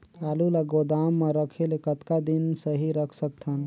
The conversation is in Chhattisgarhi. आलू ल गोदाम म रखे ले कतका दिन सही रख सकथन?